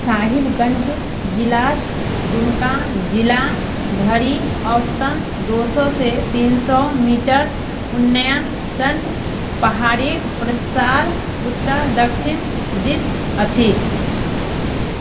साहिबगञ्ज जिलाससँ दुमका जिला धरि औसतन दो सए से तीन सए मीटर उन्नयन सङ्ग पहाड़ीके प्रसार उत्तर दक्षिण दिश अछि